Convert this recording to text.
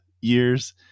years